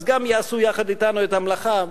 אז גם יעשו יחד אתנו את המלאכה,